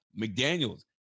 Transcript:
McDaniels